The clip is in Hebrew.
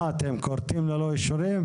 האם אתם כורתים ללא אישורים?